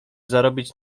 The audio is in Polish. zarobić